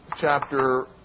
chapter